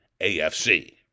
AFC